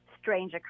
strange